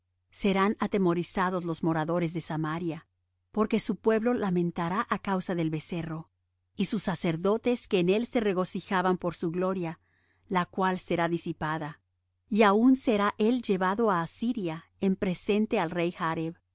serán atemorizados los moradores de samaria porque su pueblo lamentará á causa del becerro y sus sacerdotes que en él se regocijaban por su gloria la cual será disipada y aun será él llevado á asiria en presente al rey jareb